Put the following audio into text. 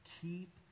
keep